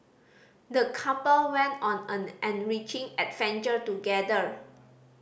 the couple went on an enriching adventure together